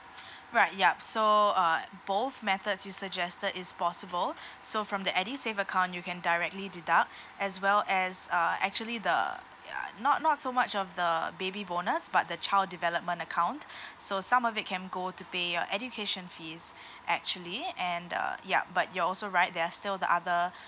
right yup so uh both methods you suggested is possible so from the edusave account you can directly deduct as well as uh actually the ya not not so much of the baby bonus but the child development account so some of it can go to pay your education fees actually and uh yup but you're also right they're still the other